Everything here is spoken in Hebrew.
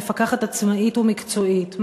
מפקחת עצמאית ומקצועית,